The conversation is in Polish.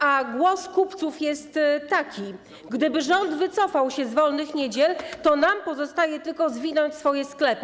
a głos kupców jest taki: Gdyby rząd wycofał się z wolnych niedziel, to nam pozostaje tylko zwinąć swoje sklepy.